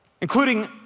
including